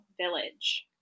village